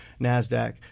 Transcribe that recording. NASDAQ